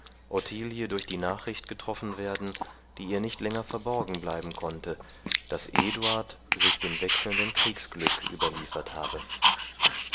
durch die nachricht getroffen werden die ihr nicht länger verborgen bleiben konnte daß eduard sich dem wechselnden kriegsglück überliefert habe